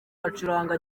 acuranga